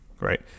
right